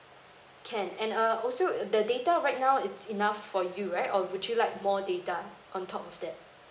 can and uh also the data right now it's enough for you right or would you like more data on top of that